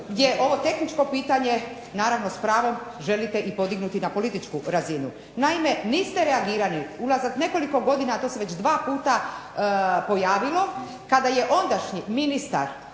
gdje ovo tehničko pitanje, naravno s pravom, želite i podignuti na političku razinu. Naime, niste reagirali unazad nekoliko godina, a to se već dva puta pojavilo, kada je ondašnji ministar,